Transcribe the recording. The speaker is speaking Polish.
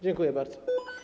Dziękuję bardzo.